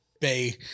bay